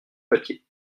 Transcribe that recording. papier